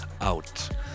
out